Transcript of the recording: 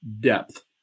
Depth